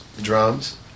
drums